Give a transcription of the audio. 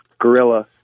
Gorilla